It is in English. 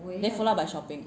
then follow up by shopping